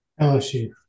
LSU